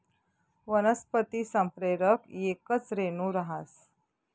वनस्पती संप्रेरक येकच रेणू रहास